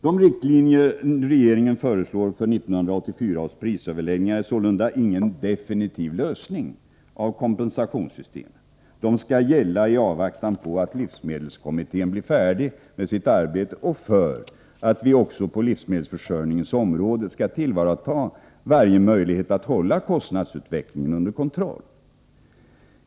De riktlinjer regeringen föreslår för 1984 års prisöverläggningar är sålunda ingen definitiv lösning av kompensationssystemet. De skall gälla i avvaktan på att livsmedelskommittén blir färdig med sitt arbete och för att vi också på livsmedelsförsörjningens område skall tillvarata varje möjlighet att hålla kostnadsutvecklingen under kontroll.